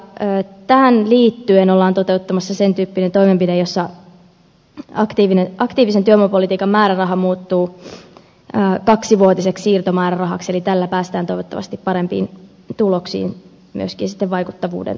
tähän liittyen ollaan toteuttamassa sen tyyppinen toimenpide jossa aktiivisen työvoimapolitiikan määräraha muuttuu kaksivuotiseksi siirtomäärärahaksi eli tällä päästään toivottavasti parempiin tuloksiin myöskin sitten vaikuttavuuden osalta